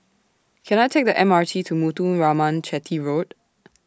Can I Take The M R T to Muthuraman Chetty Road